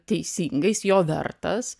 teisingai jis jo vertas